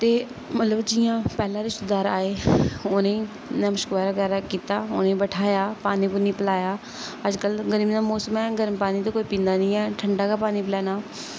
ते मतलब जियां पैह्ले रिश्तेदार आए उ'नेंगी नमस्कार बगैरा कीता उ'नेंगी बठाया पानी पूनी पलाया अज्जकल मतलब गर्मी दा मौसम ऐ गर्म पानी ते कोई पींदा नेईं ऐ ठंडा गै पानी पलाना